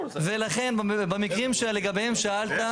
ולכן, במקרים שלגביהם שאלת.